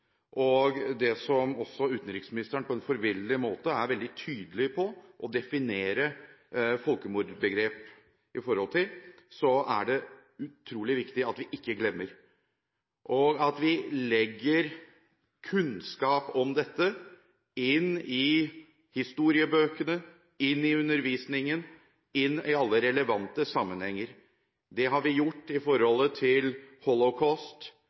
og som utenriksministeren på en forbilledlig måte er veldig tydelig på å definere folkemordbegrepet i forhold til, er det utrolig viktig at vi ikke glemmer, og at vi legger kunnskap om dette inn i historiebøkene, inn i undervisningen, inn i alle relevante sammenhenger. Det har vi gjort